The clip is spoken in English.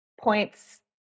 points